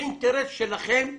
זה אינטרס שלכם תחילה.